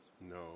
No